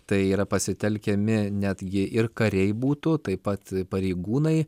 tai yra pasitelkiami net jei ir kariai būtų taip pat pareigūnai